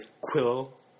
Quill